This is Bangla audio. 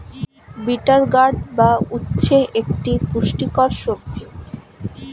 বিটার গার্ড বা উচ্ছে একটি পুষ্টিকর সবজি